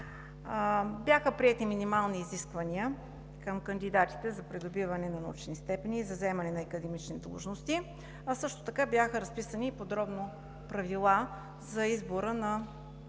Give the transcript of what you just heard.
Бяха приети минимални изисквания към кандидатите за придобиване на научни степени и за заемане на академични длъжности, а също така бяха разписани и подробно правила за избора на